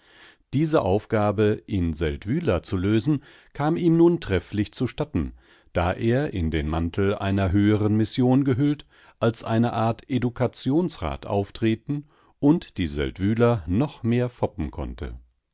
diese aufgabe in seldwyla zu lösen kam ihm nun trefflich zu statten da er in den mantel einer höheren mission gehüllt als eine art edukationsrat auftreten und die seldwyler noch mehr foppen konnte